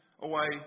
away